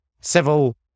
Civil